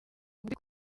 muri